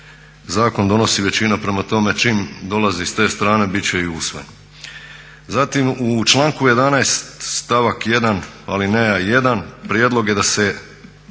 zakon donosi većina. Prema tome, čim dolazi s te strane bit će i usvojen. Zatim u članku 11. stavak 1. alineja 1. prijedlog je da se